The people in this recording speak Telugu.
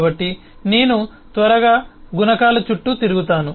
కాబట్టి నేను త్వరగా గుణకాలు చుట్టూ తిరుగుతాను